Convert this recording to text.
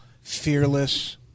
fearless